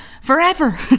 Forever